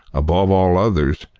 above all others,